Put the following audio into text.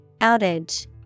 Outage